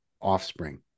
offspring